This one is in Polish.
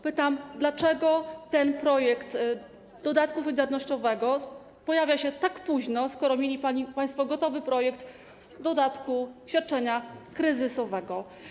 Pytam: Dlaczego ten projekt dodatku solidarnościowego pojawia się tak późno, skoro mieli państwo gotowy projekt dodatku, świadczenia kryzysowego?